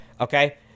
okay